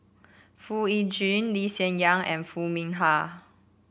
Foo Yee Jun Lee Hsien Yang and Foo Mee Har